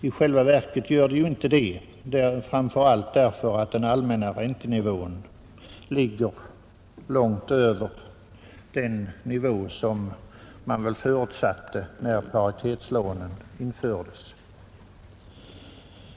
I själva verket gör det inte det, framför allt därför att den allmänna räntenivån ligger långt över den nivå som man förutsatte när paritetslånen infördes.